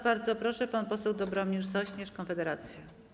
Bardzo proszę, pan poseł Dobromir Sośnierz, Konfederacja.